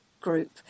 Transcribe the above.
group